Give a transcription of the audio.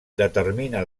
determina